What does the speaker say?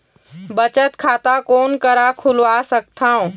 बचत खाता कोन करा खुलवा सकथौं?